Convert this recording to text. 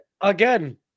again